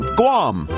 guam